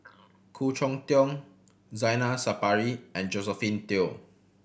Khoo Cheng Tiong Zainal Sapari and Josephine Teo